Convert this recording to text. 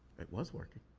it was working.